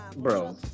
Bro